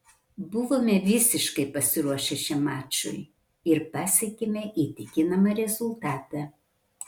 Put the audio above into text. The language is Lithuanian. buvome visiškai pasiruošę šiam mačui ir pasiekėme įtikinamą rezultatą